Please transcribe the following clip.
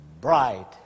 bright